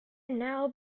now